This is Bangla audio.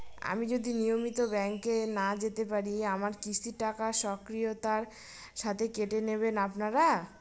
আমি যদি নিয়মিত ব্যংকে না যেতে পারি আমার কিস্তির টাকা স্বকীয়তার সাথে কেটে নেবেন আপনারা?